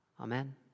Amen